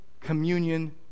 communion